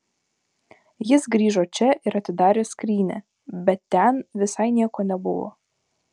jis grįžo čia ir atidarė skrynią bet ten visai nieko nebuvo